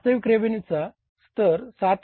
वास्तविक रेव्हेन्यूचा स्तर 7